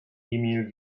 emil